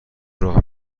راه